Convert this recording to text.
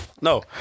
No